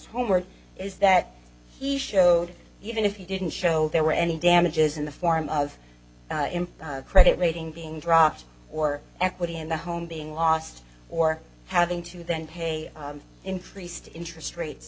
homework is that he showed even if he didn't show there were any damages in the form of impact credit rating being dropped or equity in the home being lost or having to then pay increased interest rates